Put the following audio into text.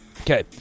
Okay